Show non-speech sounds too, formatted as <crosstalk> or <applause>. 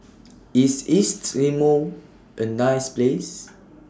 <noise> IS East Timor A nice Place